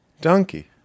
Donkey